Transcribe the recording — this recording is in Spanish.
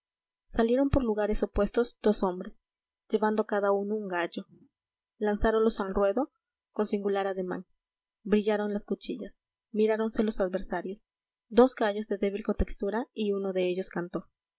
salieron por lugares opuestos dos hombres llevando cada uno un gallo lanzáronlos al ruedo con singular ademán brillaron las cuchillas miráronse los adversarios dos gallos de débil contextura y uno de ellos cantó